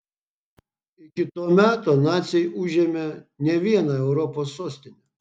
iki to meto naciai užėmė ne vieną europos sostinę